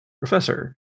Professor